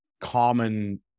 common